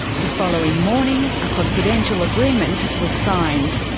the following morning, a confidential agreement was signed.